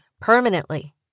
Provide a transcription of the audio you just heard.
permanently